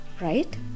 right